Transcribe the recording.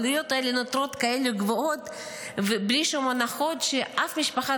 העלויות הללו נותרות כאלה גבוהות ובלי שום הנחות שאף משפחה